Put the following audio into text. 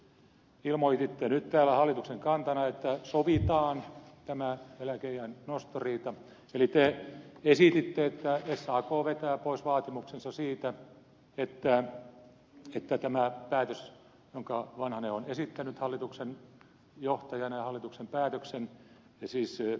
te siis ilmoititte nyt täällä hallituksen kantana että sovitaan tämä eläkeiän nostoriita eli te esititte että sak vetää pois vaatimuksensa siitä että tämä hallituksen päätös jonka vanhanen on esittänyt hallituksen johtajana hallituksen päätöksen ja seisseet